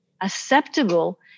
acceptable